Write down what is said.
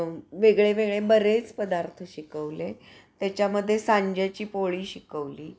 वेगळे वेगळे बरेच पदार्थ शिकवले त्याच्यामध्ये सांज्याची पोळी शिकवली